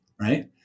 right